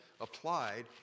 applied